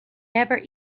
never